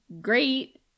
great